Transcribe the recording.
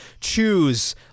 choose